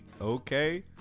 okay